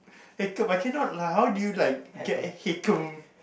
Hakcom I cannot lah like how do you get Hakcom